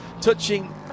touching